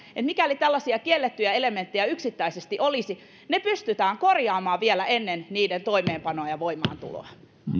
että mikäli tällaisia kiellettyjä elementtejä yksittäisesti olisi ne pystyttäisiin korjaamaan vielä ennen niiden toimeenpanoa ja voimaantuloa